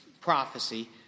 prophecy